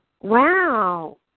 wow